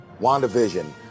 wandavision